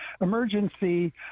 emergency